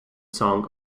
song